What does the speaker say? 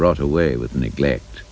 rot away with neglect